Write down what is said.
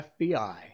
FBI